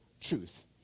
truth